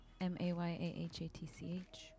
M-A-Y-A-H-A-T-C-H